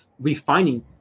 refining